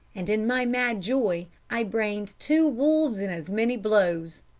and, in my mad joy, i brained two wolves in as many blows.